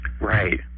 Right